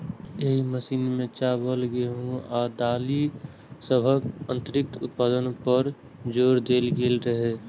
एहि मिशन मे चावल, गेहूं आ दालि सभक अतिरिक्त उत्पादन पर जोर देल गेल रहै